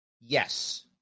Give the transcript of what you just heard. Yes